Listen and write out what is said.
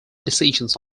decisions